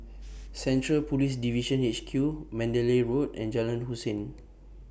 Central Police Division H Q Mandalay Road and Jalan Hussein